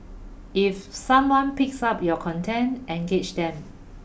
if someone picks up your content engage them